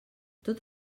tot